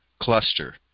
cluster